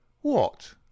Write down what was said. What